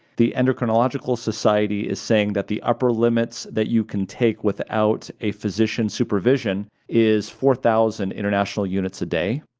the endocrinological society is saying that the upper limits that you can take without a physician supervision is four thousand international units a day.